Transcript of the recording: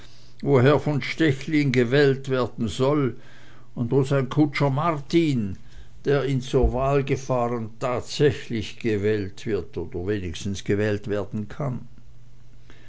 herr von stechlin gewählt werden soll und wo sein kutscher martin der ihn zur wahl gefahren tatsächlich gewählt wird oder wenigstens gewählt werden kann